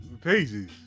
pages